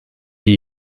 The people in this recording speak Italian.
gli